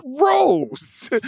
Rose